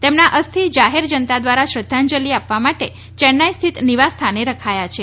તેમના અસ્થિ જાહેર જનતા ધવરા શ્રધ્ધાંજલી આપવા માટે ચેન્નાઇ સ્થિત નિવાસસ્થાને રખાયા છે